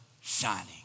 shining